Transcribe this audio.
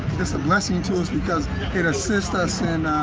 it's a blessing to us because it assists us in